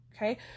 Okay